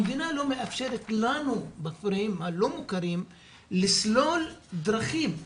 המדינה לא מאפשרת לנו בכפרים הלא מוכרים לסלול דרכים,